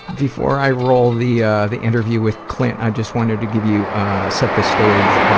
before i roll the ah the interview with clint, i just wanted to give you set the stage,